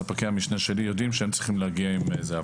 ספקי המשנה שלי יודעים שהם צריכים להגיע עם זה.